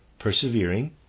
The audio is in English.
Persevering